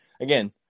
again